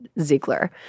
Ziegler